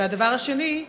הדבר השני,